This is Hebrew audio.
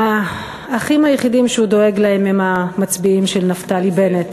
האחים היחידים שהוא דואג להם הם המצביעים של נפתלי בנט,